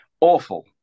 Awful